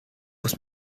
muss